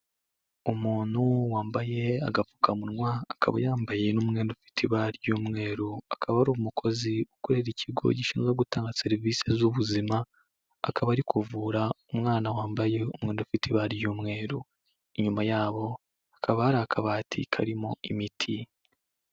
Umuntu wambaye agapfukamunwa, akaba yambaye n'umwenda ufite ibara ry'umweru, akaba ari umukozi ukorera ikigo gishinzwe gutanga serivisi z'ubuzima, akaba ari kuvura umwana wambaye umwenda ufite ibari ry'umweru, inyuma yabo hakaba hari akabati karimo imiti.